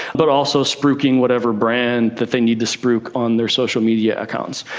but also spruiking whatever brand they need to spruik on their social media accounts.